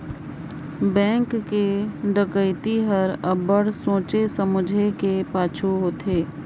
bank कर डकइती हर अब्बड़ सोंचे समुझे कर पाछू होथे